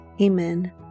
Amen